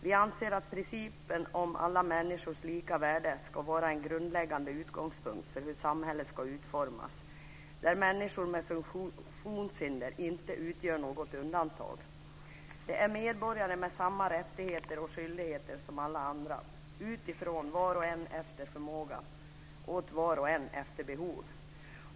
Vi anser att principen om alla människors lika värde ska vara en grundläggande utgångspunkt för hur samhället ska utformas där människor med funktionshinder inte utgör något undantag. Det är medborgare med samma rättigheter och skyldigheter som alla andra, utifrån var och en efter förmåga, åt var och en efter behov.